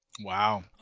Wow